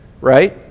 right